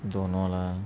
don't know lah